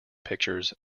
pictures